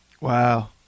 Wow